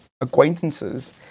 acquaintances